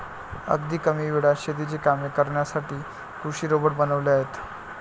अगदी कमी वेळात शेतीची कामे करण्यासाठी कृषी रोबोट बनवले आहेत